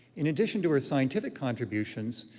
in addition to her scientific contributions,